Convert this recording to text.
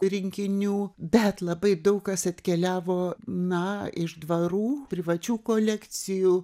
rinkinių bet labai daug kas atkeliavo na iš dvarų privačių kolekcijų